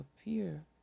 appear